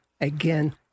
again